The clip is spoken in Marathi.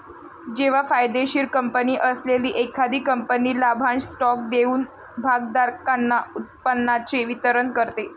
जेव्हा फायदेशीर कंपनी असलेली एखादी कंपनी लाभांश स्टॉक देऊन भागधारकांना उत्पन्नाचे वितरण करते